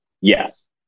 Yes